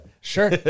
Sure